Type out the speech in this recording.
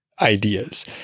ideas